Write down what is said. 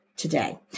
today